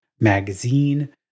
magazine